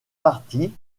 partie